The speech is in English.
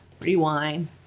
rewind